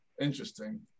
interesting